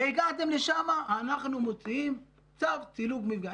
והגעתם לשם אנחנו מוציאים צו סילוק מפגע.